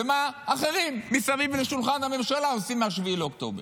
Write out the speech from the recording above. ומה אחרים מסביב לשולחן הממשלה עושים מ-7 באוקטובר.